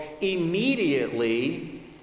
immediately